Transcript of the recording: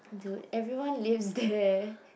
dude everyone lives there